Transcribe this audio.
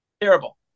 Terrible